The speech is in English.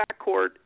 backcourt